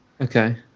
okay